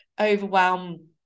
overwhelm